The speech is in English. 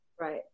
Right